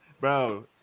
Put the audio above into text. Bro